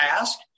ask